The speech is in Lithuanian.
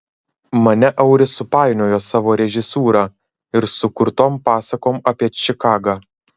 mane auris supainiojo savo režisūra ir sukurtom pasakom apie čikagą